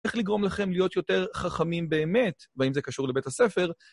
איך לגרום לכם להיות יותר חכמים באמת, והאם זה קשור לבית הספר?